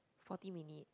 forty minute